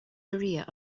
korea